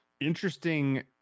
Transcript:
interesting